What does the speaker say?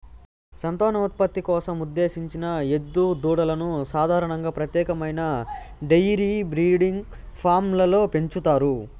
సంతానోత్పత్తి కోసం ఉద్దేశించిన ఎద్దు దూడలను సాధారణంగా ప్రత్యేకమైన డెయిరీ బ్రీడింగ్ ఫామ్లలో పెంచుతారు